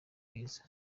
mwiza